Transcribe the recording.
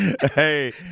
hey